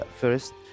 first